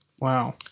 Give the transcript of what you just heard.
Wow